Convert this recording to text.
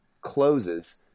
closes